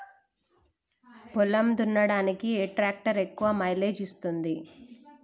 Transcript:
పొలం దున్నడానికి ఏ ట్రాక్టర్ ఎక్కువ మైలేజ్ ఇస్తుంది?